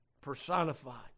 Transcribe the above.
personified